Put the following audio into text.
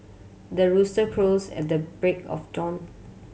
the rooster crows at the break of dawn